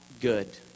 good